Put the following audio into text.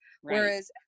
Whereas